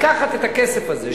לקחת את הכסף הזה,